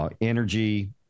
energy